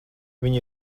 viņa